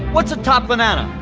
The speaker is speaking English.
what's a top banana?